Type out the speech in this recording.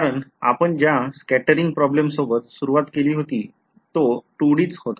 कारण आपण ज्या scattering प्रॉब्लेम सोबत सुरवात केली होती तो 2Dच होता